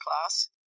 class